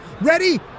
Ready